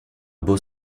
beau